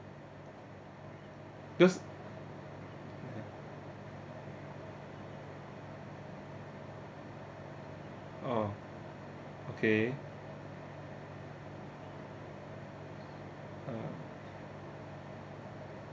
because oh okay uh